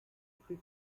plus